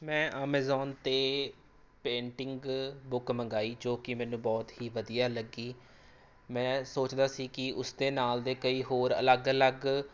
ਮੈਂ ਐਮਾਜ਼ੋਨ 'ਤੇ painting book ਮੰਗਵਾਈ ਜੋ ਕਿ ਮੈਨੂੰ ਬਹੁਤ ਹੀ ਵਧੀਆ ਲੱਗੀ ਮੈਂ ਸੋਚਦਾ ਸੀ ਕਿ ਉਸ ਦੇ ਨਾਲ ਦੇ ਕਈ ਹੋਰ ਅਲੱਗ ਅਲੱਗ